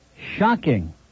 Shocking